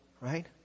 right